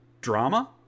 drama